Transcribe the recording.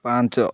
ପାଞ୍ଚ